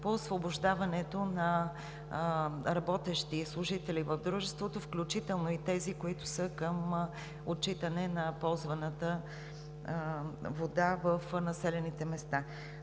по освобождаването на работещи и служители в Дружеството, включително и тези, които са към отчитане на ползваната вода в населените места.